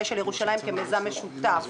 אשל ירושלים כמיזם משותף.